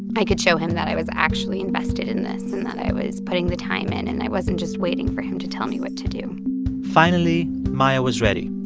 i could show him that i was actually invested in this and that i was putting the time in and i wasn't just waiting for him to tell me what to do finally, maia was ready.